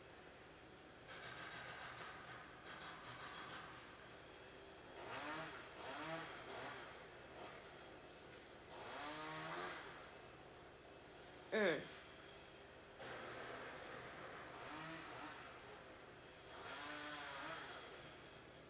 mm